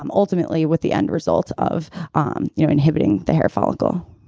um ultimately with the end result of um you know inhibiting the hair follicle